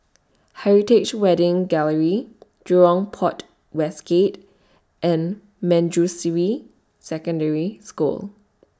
Heritage Wedding Gallery Jurong Port West Gate and Manjusri Secondary School